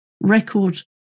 record